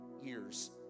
years